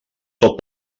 tot